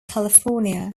california